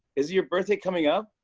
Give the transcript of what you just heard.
isn't your birthday coming up?